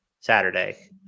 Saturday